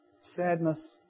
sadness